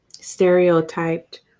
stereotyped